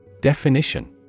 Definition